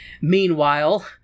Meanwhile